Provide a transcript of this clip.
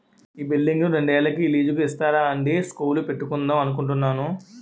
ఈ బిల్డింగును రెండేళ్ళకి లీజుకు ఇస్తారా అండీ స్కూలు పెట్టుకుందాం అనుకుంటున్నాము